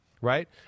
Right